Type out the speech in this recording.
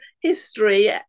history